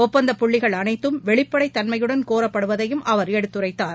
ஒப்பந்தப்புள்ளிகள் அனைத்தும் வெளிப்படைத் தன்மையுடன் கோரப்படுவதையும் அவர் எடுத்துரைத்தார்